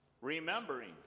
remembering